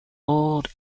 old